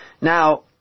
Now